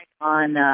on